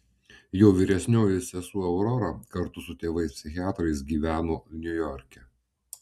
jo vyresnioji sesuo aurora kartu su tėvais psichiatrais gyveno niujorke